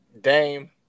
Dame